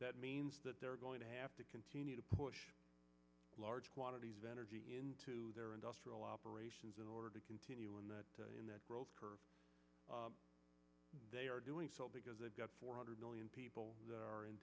that means that they're going to have to continue to push large quantities of energy into their industrial operations in order to continue in that in that they are doing so because they've got four hundred million people that are in